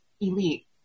Elite